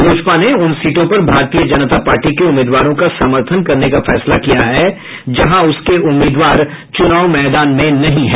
लोजपा ने उन सीटों पर भारतीय जनता पार्टी के उम्मीदवारों का समर्थन करने का फैसला किया है जहां उसके उम्मीदवार चुनाव मैदान में नहीं हैं